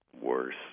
worse